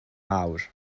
mawr